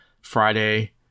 Friday